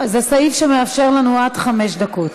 זה סעיף שמאפשר לנו עד חמש דקות.